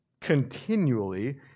continually